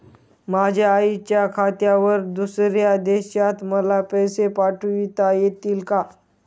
माझ्या आईच्या खात्यावर दुसऱ्या देशात मला पैसे पाठविता येतील का?